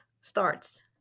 starts